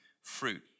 fruit